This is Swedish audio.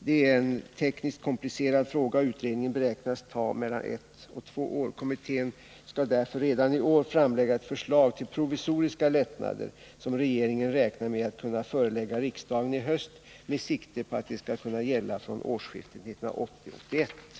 Det är en tekniskt komplicerad fråga, och utredningen beräknas ta mellan ett och två år. Kommittén skall därför redan i år framlägga ett förslag till provisoriska lättnader, som regeringen räknar med att kunna förelägga riksdagen i höst med sikte på att de skall kunna gälla från årsskiftet 1980/1981.